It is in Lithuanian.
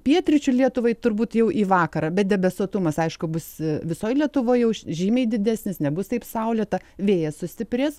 pietryčių lietuvai turbūt jau į vakarą bet debesuotumas aišku bus visoj lietuvoj jau žymiai didesnis nebus taip saulėta vėjas sustiprės